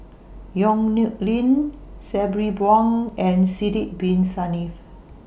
Yong Nyuk Lin Sabri Buang and Sidek Bin Saniff